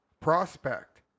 Prospect